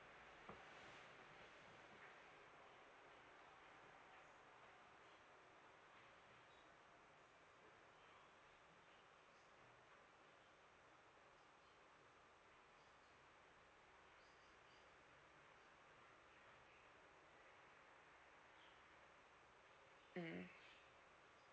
mm